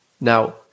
Now